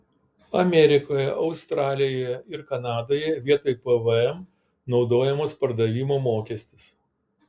amerikoje australijoje ir kanadoje vietoj pvm naudojamas pardavimo mokestis